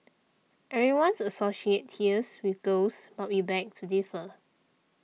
everyone's associates tears with girls but we beg to differ